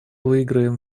выиграем